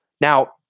now